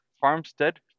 Farmstead